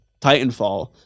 Titanfall